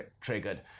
triggered